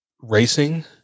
racing